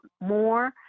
more